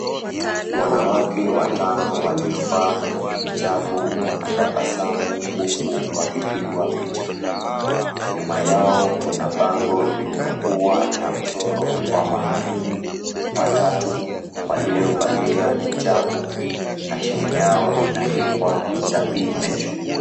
Wanawake watano waliovaa hijabu wanatabasamu huku wakipigwa picha, nyuma yao kuna bango lililokuwa na mchoro wa mahirimu watatu waliovalia hijabu na chini yao imeandikwa hijabi nation.